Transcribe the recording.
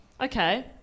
Okay